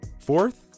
Fourth